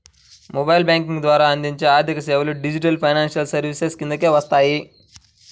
mobile banking ద్వారా అందించే ఆర్థికసేవలు డిజిటల్ ఫైనాన్షియల్ సర్వీసెస్ కిందకే వస్తాయి